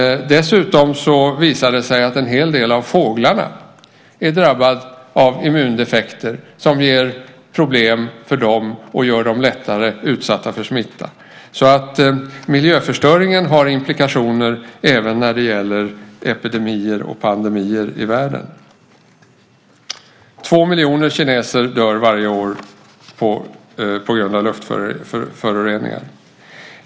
Dessutom visade det sig att en hel del av fåglarna är drabbade av immundefekter som ger dem problem och gör dem mer utsatta för smitta. Så miljöförstöringen har implikationer även när det gäller epidemier och pandemier i världen. Två miljoner kineser dör varje år på grund av luftföroreningar.